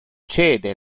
cede